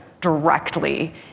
directly